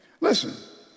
listen